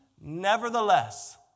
nevertheless